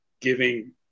giving